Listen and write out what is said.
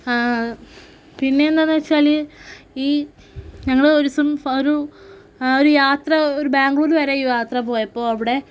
പിന്നെയെന്താണെന്നു വെച്ചാൽ ഈ ഞങ്ങൾ ഒരു ദിവസം ഒരു ഒരു യാത്ര ബംഗ്ലൂര് വരെ യാത്ര പോയപ്പോൾ അവിടെ